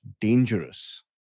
dangerous